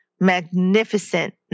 magnificent